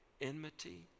enmity